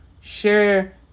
share